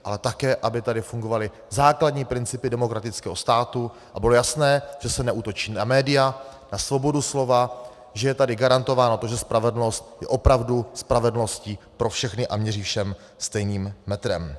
Ale také aby tady fungovaly základní principy demokratického státu a bylo jasné, že se neútočí na média, na svobodu slova, že je tady garantováno to, že spravedlnost je opravdu spravedlností pro všechny a měří všem stejným metrem.